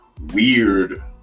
weird